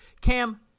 cam